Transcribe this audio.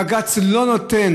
בג"ץ לא נותן,